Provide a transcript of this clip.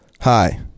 Hi